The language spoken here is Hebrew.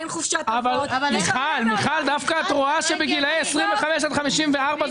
אבל דווקא את רואה שבגילי 25 עד 54,